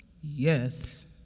yes